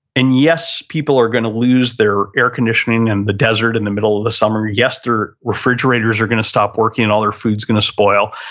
and yes, people are going to lose their air conditioning in and the desert in the middle of the summer. yes, their refrigerators are going to stop working and all their foods going to spoil.